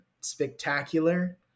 spectacular